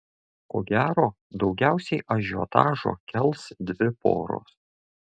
ko gero daugiausiai ažiotažo kels dvi poros